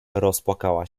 rozpłakała